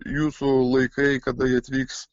jūsų laikai kada jie atvyks